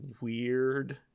weird